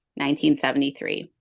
1973